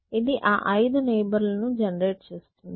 ఇది ఆ 5 నైబర్ లను జెనెరేట్ చేస్తుంది